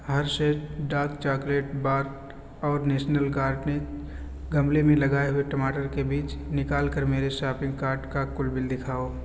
Hershey's dark chocolate باٹ اور national guard نے گملے میں لگائے ہوئے ٹماٹر کے بیج نکال کر میرے شاپنگ کارٹ کا کل بل دکھاؤ